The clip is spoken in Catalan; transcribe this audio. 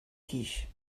guix